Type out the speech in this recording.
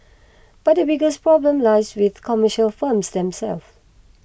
but the biggest problem lies with commercial firms themselves